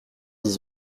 dix